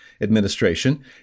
administration